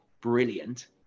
brilliant